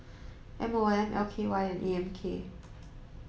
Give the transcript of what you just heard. M O M L K Y and A M K